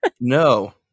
No